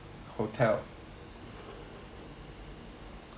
hotel